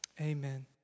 Amen